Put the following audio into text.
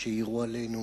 שיירו עלינו